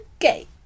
Okay